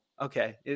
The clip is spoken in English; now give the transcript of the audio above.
okay